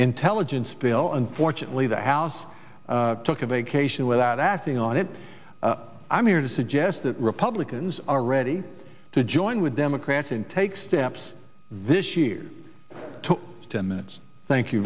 intelligence bill unfortunately the house took a vacation without acting on it i'm here to suggest that republicans are ready to join with democrats and take steps this year to ten minutes thank you